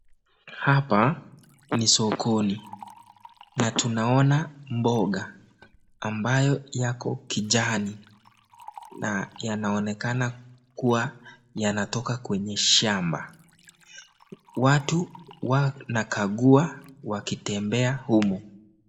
Hapa ni sokoni na tunaona mboga ambayo yako kijani na yanaonekana kuwa yanatoka kwenye shamba, watu wanakagua wakitembea humu.